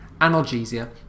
analgesia